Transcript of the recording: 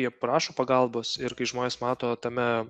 jie prašo pagalbos ir kai žmonės mato tame